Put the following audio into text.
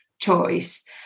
choice